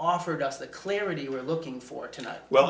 offered us the clarity we're looking for tonight well